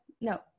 No